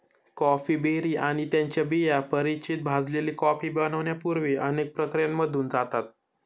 coffee berry आणि त्यांच्या बिया परिचित भाजलेली कॉफी बनण्यापूर्वी अनेक प्रक्रियांमधून जातात